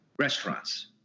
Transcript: restaurants